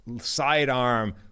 sidearm